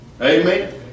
Amen